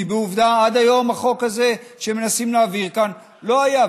כי עובדה שעד היום החוק הזה שמנסים להעביר כאן לא היה,